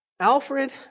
Alfred